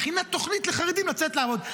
מכינה תוכנית לחרדים לצאת לעבוד,